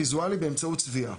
- סימון ויזואלי באמצעות צביעה.